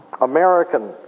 American